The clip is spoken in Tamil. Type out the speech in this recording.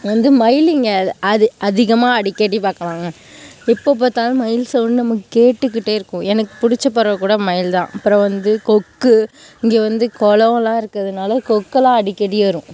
வந்து மயில் இங்கே அது அதிகமாக அடிக்கடி பார்க்கலாம் எப்போது பார்த்தாலும் மயில் சவுண்ட் நமக்கு கேட்டுகிட்டே இருக்கும் எனக்கு பிடிச்ச பறவை கூட மயில்தான் அப்புறம் வந்து கொக்கு இங்கே வந்து குளலாம் இருக்கிறதுனால கொக்கெலாம் அடிக்கடி வரும்